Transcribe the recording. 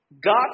God